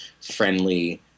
friendly